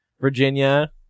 Virginia